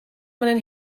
man